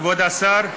כבוד השר,